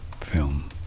film